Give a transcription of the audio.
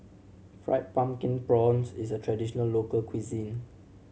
Fried Pumpkin Prawns is a traditional local cuisine